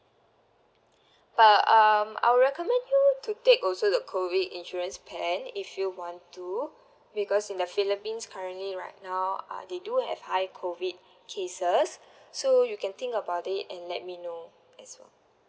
but um I would recommend you to take also the COVID insurance plan if you want to because in the philippines currently right now uh they do have high COVID cases so you can think about it and let me know as well